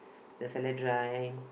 the